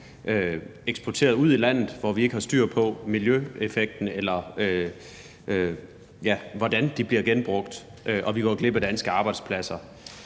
eksporteret ud af landet, hvor vi ikke har styr på miljøeffekten eller på, hvordan de bliver genbrugt, og det betyder, at vi går glip af danske arbejdspladser.